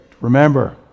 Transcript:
remember